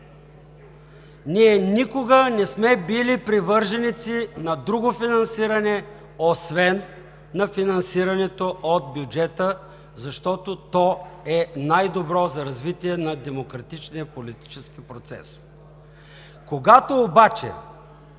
Ние никога не сме били привърженици на друго финансиране, освен на финансирането от бюджета, защото то е най-добро за развитие на демократичния политически процес. Когато обаче